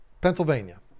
Pennsylvania